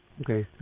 Okay